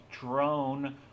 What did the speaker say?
Drone